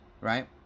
Right